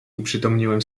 uprzytomniłem